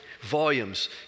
Volumes